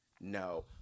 no